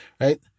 right